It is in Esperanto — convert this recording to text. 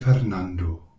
fernando